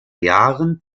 jahren